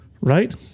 Right